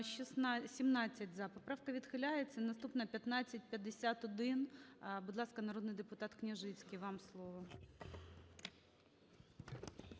За-17 Поправка відхиляється. Наступна – 1551. Будь ласка, народний депутатКняжицький, вам слово.